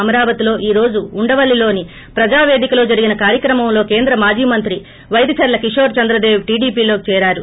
అమరావతిలో ఈ రోజు ఉండవర్ణిలోని ప్రజాపేదికలో జరిగిన కార్యక్రమంలో కేంద్ర మాజీ మంత్రి పైరిచర్ల కిషోర్ చంద్రదేవ్ టిడిపిలో చేరారు